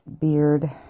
beard